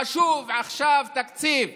חשוב עכשיו תקציב,